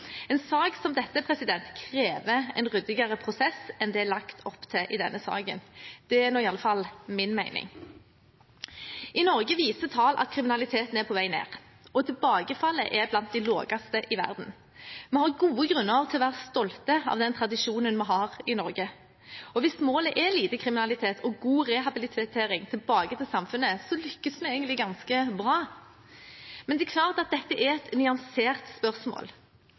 En sak som dette krever en ryddigere prosess enn det er lagt opp til i denne saken. Det er i alle fall min mening. I Norge viser tall at kriminaliteten er på vei ned. Tilbakefallsprosenten er blant den laveste i verden. Vi har gode grunner til å være stolte av den tradisjonen vi har i Norge. Hvis målet er lite kriminalitet og god rehabilitering tilbake til samfunnet, lykkes vi egentlig ganske bra. Men det er klart dette er et nyansert spørsmål.